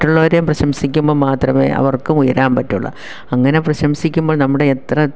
മറ്റുള്ളവരെയും പ്രശംസിക്കുമ്പം മാത്രമേ അവർക്കുമുയരാൻ പറ്റുകയുള്ളൂ അങ്ങനെ പ്രശംസിക്കുമ്പോൾ നമ്മുടെ എത്ര